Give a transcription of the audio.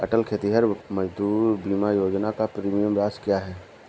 अटल खेतिहर मजदूर बीमा योजना की प्रीमियम राशि क्या है?